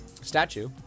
statue